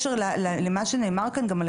שהיא משלמת עבורה גם,